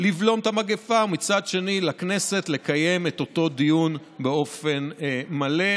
לבלום את המגפה ומצד שני לכנסת לקיים את אותו דיון באופן מלא,